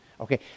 Okay